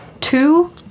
two